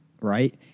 right